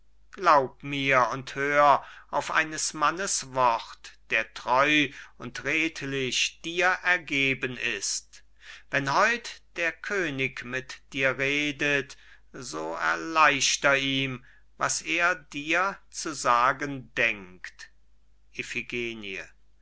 glaub mir und hör auf eines mannes wort der treu und redlich dir ergeben ist wenn heut der könig mit dir redet so erleichtr ihm was er dir zu sagen denkt